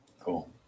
Cool